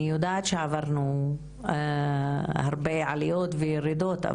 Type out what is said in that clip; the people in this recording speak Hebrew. אני יודעת שעברנו הרבה עליות וירידות,